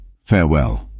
farewell